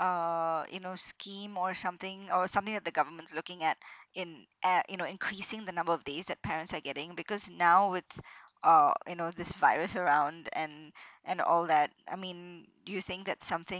uh you know scheme or something or something that the government's looking at in at you know increasing the number of days that parents are getting because now with uh you know this virus around and and all that I mean do you think that something